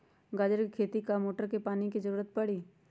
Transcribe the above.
गाजर के खेती में का मोटर के पानी के ज़रूरत परी?